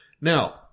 Now